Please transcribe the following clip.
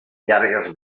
llargues